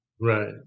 Right